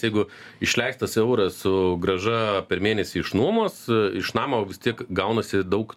jeigu išleistas euras su grąža per mėnesį iš nuomos iš namo vis tiek gaunasi daug